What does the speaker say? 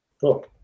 Cool